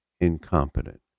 incompetent